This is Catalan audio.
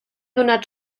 donat